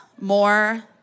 more